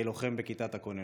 וכלוחם בכיתת הכוננות.